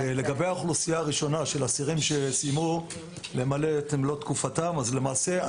לגבי האוכלוסייה הראשונה של אסירים שסיימו למלא את תקופת מאסרם,